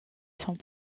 sont